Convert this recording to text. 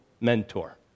mentor